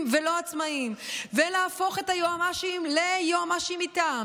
ולא עצמאיים ולהפוך את היועמ"שים ליועמ"שים מטעם